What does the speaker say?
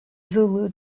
zulu